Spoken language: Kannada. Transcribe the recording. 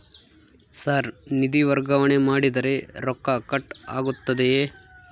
ಸರ್ ನಿಧಿ ವರ್ಗಾವಣೆ ಮಾಡಿದರೆ ರೊಕ್ಕ ಕಟ್ ಆಗುತ್ತದೆಯೆ?